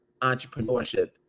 entrepreneurship